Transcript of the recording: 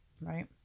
right